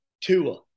Tua